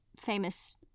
famous